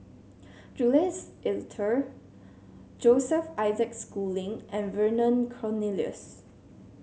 Jules Itier Joseph Isaac Schooling and Vernon Cornelius